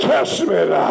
Testament